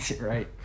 Right